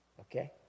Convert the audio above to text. Okay